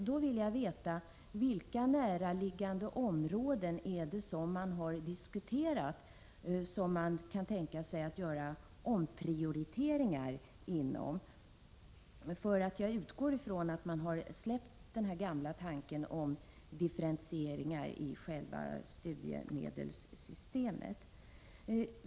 Då vill jag veta inom vilka närliggande områden man kan tänka sig att göra omprioriteringar. Jag utgår ifrån att man har släppt den gamla tanken om differentieringar i själva studiemedelssystemet.